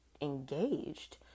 engaged